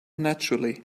naturally